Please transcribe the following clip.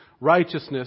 righteousness